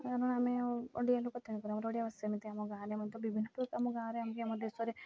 କାରଣ ଆମେ ଓଡ଼ିଆ ଲୋକ ତେଣୁକରି ଅମାର ଓଡ଼ିଆ ସେମିତି ଆମ ଗାଁରେ ମଧ୍ୟ ବିଭିନ୍ନ ପ୍ରକାର ଆମ ଗାଁରେ ଆମେ ଆମ ଦେଶରେ